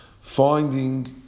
finding